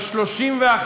באפריל,